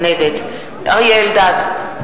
נגד אריה אלדד,